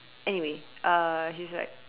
anyway uh he's like